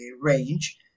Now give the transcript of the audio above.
range